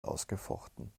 ausgefochten